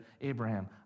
Abraham